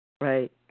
Right